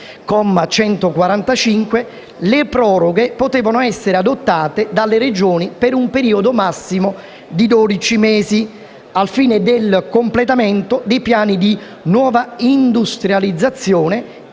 comma 145, le proroghe potevano essere adottate dalle Regioni per un periodo massimo di dodici mesi al fine del completamento di piani di nuova industrializzazione, di